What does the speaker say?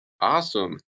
Awesome